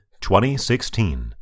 2016